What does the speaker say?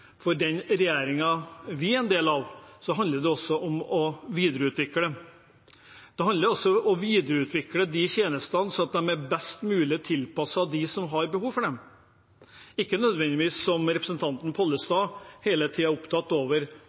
For den regjeringen vi er en del av, handler det også om å videreutvikle tjenestene slik at de er best mulig tilpasset dem som har behov for dem, og ikke nødvendigvis som representanten Pollestad hele tiden er opptatt